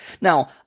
Now